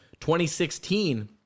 2016